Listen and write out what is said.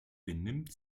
benimmt